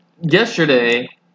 Yesterday